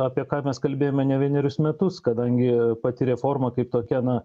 apie ką mes kalbėjome ne vienerius metus kadangi pati reforma kaip tokia na